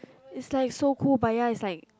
is like so cool but ya is like